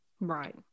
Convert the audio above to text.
Right